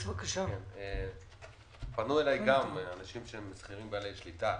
גם אלי פנו אנשים שהם שכירים בעלי שליטה.